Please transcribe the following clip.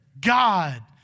God